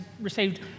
received